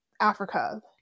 Africa